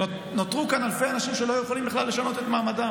נותרו כאן אלפי אנשים שלא יכולים בכלל לשנות את מעמדם.